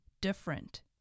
different